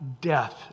death